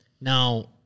now